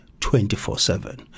24-7